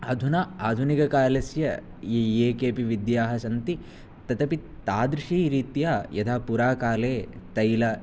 अधुना आधुनिककालस्य ये ये केऽपि विद्याः सन्ति तत् अपि तादृशरीत्या यदा पुराकाले तैल